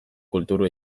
kultur